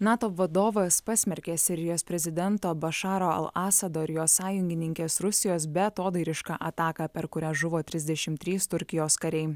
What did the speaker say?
nato vadovas pasmerkė sirijos prezidento bašaro al asado ir jo sąjungininkės rusijos beatodairišką ataką per kurią žuvo trisdešim trys turkijos kariai